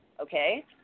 Okay